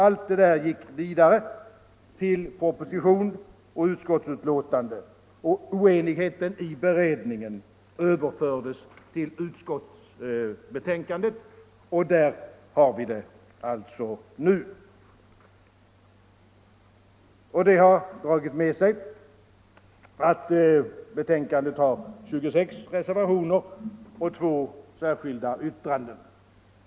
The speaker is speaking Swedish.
Allt detta gick vidare till proposition och utskottsbetänkande, och oenigheten i beredningen överfördes till utskottsbetänkandet, och där har vi den alltså nu. Det har fört med sig att betänkandet har 26 reservationer och 2 särskilda yttranden.